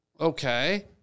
Okay